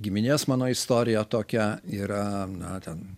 giminės mano istorija tokia yra na ten